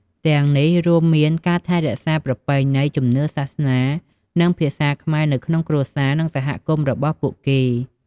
ទាំងនេះរួមមានការថែរក្សាប្រពៃណី ជំនឿ សាសនា និងភាសាខ្មែរនៅក្នុងគ្រួសារ និងសហគមន៍របស់ពួកគេ។